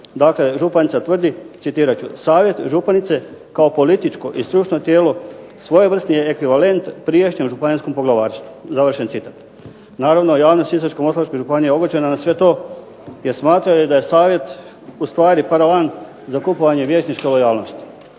Dakle, županica tvrdi, citirat ću: "Savjet županice kao političko i stručno tijelo svojevrsni je ekvivalent prijašnjem Županijskom poglavarstvu.", završen citat. Naravno javnost Sisačko-moslavačke županije ogorčena je na sve to jer smatraju da je Savjet ustvari paravan za kupovanje vijećničke lojalnosti.